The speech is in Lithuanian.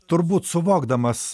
turbūt suvokdamas